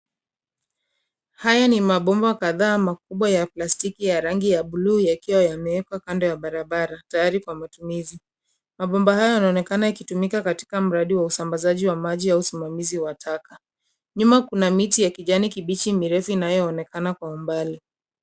Haya ni mabomba kadhaa makubwa ya plastiki ya rangi ya bluu yakiwa yamewekwa kando ya barabara tayari kwa matumizi. Mabomba haya yanaonekana yakitumika katika mradi wa usambazaji wa maji au usimamizi wa taka. Nyuma kuna miti ya kijani kibichi mirefu inayoonekana kwa mbali.